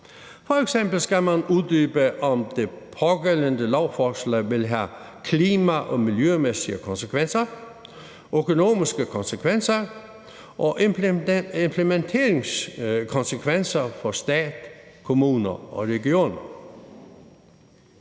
F.eks. skal man uddybe, om det pågældende lovforslag vil have klima- og miljømæssige konsekvenser, økonomiske konsekvenser og implementeringskonsekvenser for staten, kommunerne og regionerne.